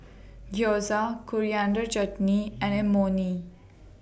Gyoza Coriander Chutney and Imoni